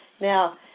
now